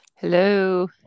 Hello